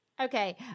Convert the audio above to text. Okay